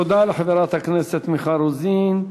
תודה לחברת הכנסת מיכל רוזין.